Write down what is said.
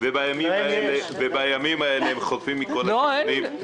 ובימים האלה הם חוטפים מכל הכיוונים.